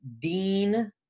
Dean